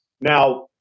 Now